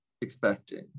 expecting